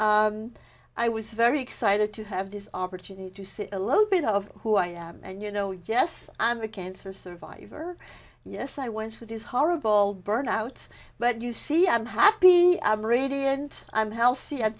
and i was very excited to have this opportunity to see a little bit of who i am and you know yes i'm a cancer survivor yes i went through this horrible burnout but you see i'm happy i'm radiant i'm healthy i